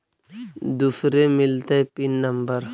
दुसरे मिलतै pin number?